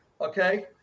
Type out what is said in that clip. Okay